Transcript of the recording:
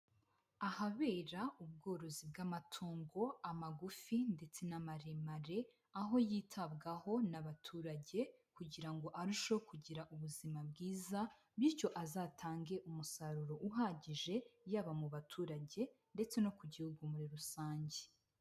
Ahabera ubworozi bw'amatungo; amagufi ndetse n'amaremare, aho yitabwaho n'abaturage kugira ngo arusheho kugira ubuzima bwiza, bityo azatange umusaruro uhagije yaba mu baturage ndetse no ku gihugu muri rusange.